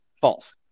false